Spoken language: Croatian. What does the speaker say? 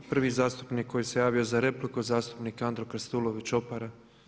Prvi zastupnik koji se javio za repliku je zastupnik Andro Krstulović Opara.